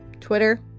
Twitter